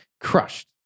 crushed